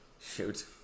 Shoot